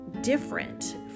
different